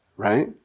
Right